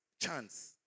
chance